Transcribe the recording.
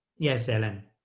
yes, ellen?